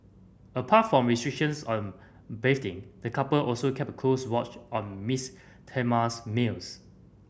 apart from restrictions on bathing the couple also kept a close watch on Miss Thelma's meals